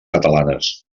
catalanes